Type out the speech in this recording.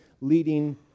leading